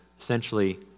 essentially